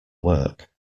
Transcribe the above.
work